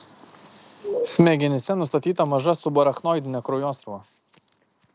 smegenyse nustatyta maža subarachnoidinė kraujosruva